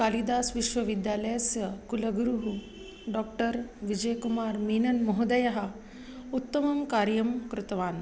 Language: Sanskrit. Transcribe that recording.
कालिदासविश्वविद्यालयस्य कुलगुरुः डाक्टर् विजयकुमारमीनन् महोदयः उत्तमं कार्यं कृतवान्